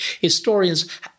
Historians